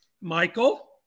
Michael